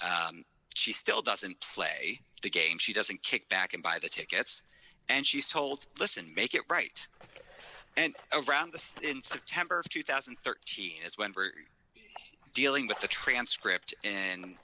away she still doesn't play the game she doesn't kick back and buy the tickets and she's told listen make it right and around the stage in september of two thousand and thirteen is when for dealing with the transcript